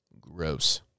Gross